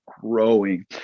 growing